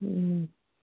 ꯎꯝ